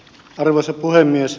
arvoisa puhemies